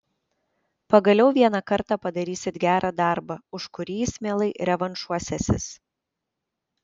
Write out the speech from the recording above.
pagaliau vieną kartą padarysit gerą darbą už kurį jis mielai revanšuosiąsis